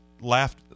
laughed